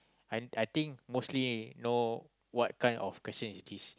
and I think mostly know what kind of question is this